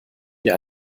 wie